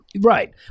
Right